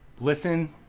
listen